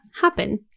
happen